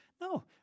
No